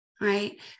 right